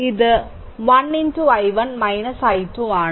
ഇത് 1 i1 i2 ആണ്